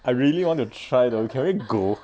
I really want to try though can we go